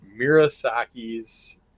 Mirasaki's